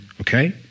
Okay